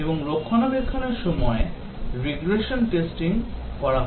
এবং রক্ষণাবেক্ষণের সময় রিগ্রেশন টেস্টিং করা হয়